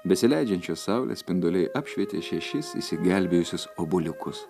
besileidžiančios saulės spinduliai apšvietė šešis išsigelbėjusius obuoliukus